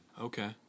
okay